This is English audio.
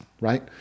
Right